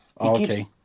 okay